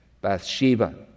Bathsheba